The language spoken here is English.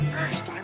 First